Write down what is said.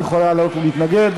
את יכולה לעלות ולהתנגד.